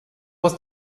was